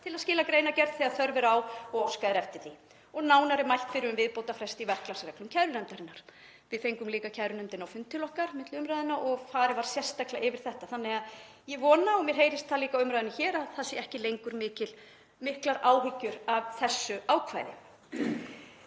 til að skila greinargerð þegar þörf er á og óskað er eftir því og nánar er mælt fyrir um viðbótarfresti í verklagsreglum kærunefndarinnar. Við fengum líka kærunefndina á fund til okkar milli umræðna og var farið sérstaklega yfir þetta. Þannig að ég vona, og mér heyrist það líka á umræðunni hér, að það séu ekki lengur miklar áhyggjur af þessu ákvæði.